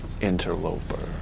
Interloper